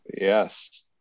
Yes